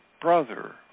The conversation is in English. brother